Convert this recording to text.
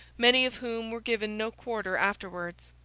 many of whom were given no quarter afterwards.